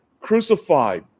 crucified